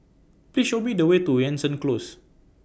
Please Show Me The Way to Jansen Close